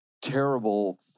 terrible